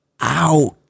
out